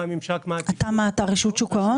מהו הממשק --- אתה מרשות שוק ההון?